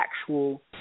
actual